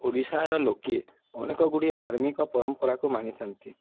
ଓଡ଼ିଶାର ଲୋକେ ଅନେକ ଗୁଡ଼ିଏ ଧାର୍ମିକ ପରମ୍ପରାକୁ ମାନିଥାନ୍ତି